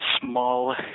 small